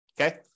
Okay